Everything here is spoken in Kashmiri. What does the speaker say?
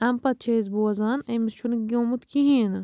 اَمہِ پَتہٕ چھِ أسۍ بوزان أمِس چھُنہٕ گیومُت کِہیٖنۍ نہٕ